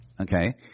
Okay